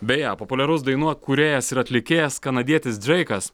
beje populiarus dainų kūrėjas ir atlikėjas kanadietis dreikas